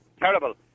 terrible